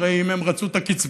הרי אם הם רצו את הקצבה,